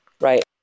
Right